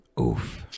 Oof